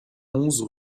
onze